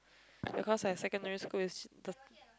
because my secondary school is t~